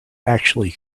actually